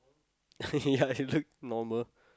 ya it looked normal